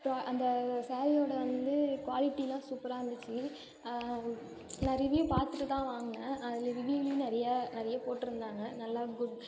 ப்ரா அந்த ஸாரீயோட வந்து குவாலிட்டிலாம் சூப்பராக இருந்துச்சு நான் ரிவ்யூ பார்த்துட்டு தான் வாங்கினேன் அதில் ரிவ்யூவ்லேயும் நிறைய நிறைய போட்டிருந்தாங்க நல்ல குட்